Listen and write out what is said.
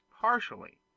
partially